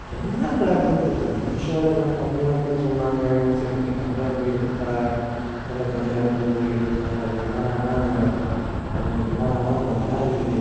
என்ன ப்ராண்டுன்னே தெரில மீஷோவுல எல்லாம் கம்மியாக இருக்குன்னு சொன்னாங்க சரின்ட்டு கம்மியாக போய் எடுத்தால் வெலை கம்மியாக இருக்குன்னு போய் எடுத்தால் அது என்னடான்னால் அது என்னாடான்னால் ஒரு இதாக இருக்குது